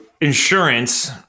insurance